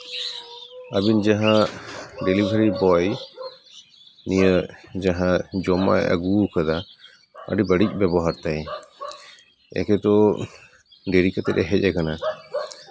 ᱟᱹᱵᱤᱱ ᱡᱟᱦᱟᱸ ᱰᱮᱞᱤᱵᱷᱟᱨᱤ ᱵᱚᱭ ᱤᱭᱟᱹ ᱡᱟᱦᱟᱸ ᱡᱚᱢᱟᱜᱼᱮ ᱟᱹᱜᱩ ᱟᱠᱟᱫᱟ ᱟᱹᱰᱤ ᱵᱟᱹᱲᱤᱡ ᱵᱮᱵᱚᱦᱟᱨ ᱛᱟᱭ ᱮᱠᱮ ᱛᱚ ᱫᱮᱨᱤ ᱠᱟᱛᱮᱫᱼᱮ ᱦᱮᱡ ᱟᱠᱟᱱᱟ